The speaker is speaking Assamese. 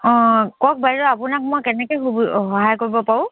অঁ কওক বাইদেউ আপোনাক মই কেনেকৈ সহায় কৰিব পাৰোঁ